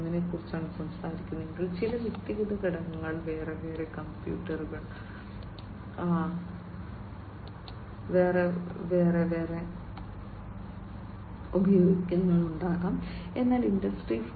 0 നെക്കുറിച്ചാണ് സംസാരിക്കുന്നതെങ്കിൽ ചില വ്യക്തിഗത ഘടകങ്ങൾ വെവ്വേറെ കമ്പ്യൂട്ടറുകൾ വെവ്വേറെ ഉപയോഗിക്കുന്നുണ്ടാകാം എന്നാൽ ഇൻഡസ്ട്രി 4